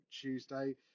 Tuesday